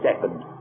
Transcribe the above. second